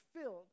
filled